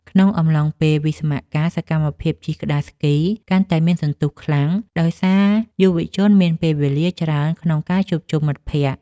ក្នុងអំឡុងពេលវិស្សមកាល សកម្មភាពជិះក្ដារស្គីកាន់តែមានសន្ទុះខ្លាំង ដោយសារយុវជនមានពេលវេលាច្រើនក្នុងការជួបជុំមិត្តភក្ដិ។